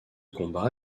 combat